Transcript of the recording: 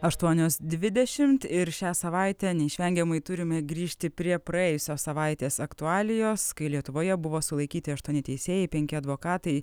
aštuonios dvidešimt ir šią savaitę neišvengiamai turime grįžti prie praėjusios savaitės aktualijos kai lietuvoje buvo sulaikyti aštuoni teisėjai penki advokatai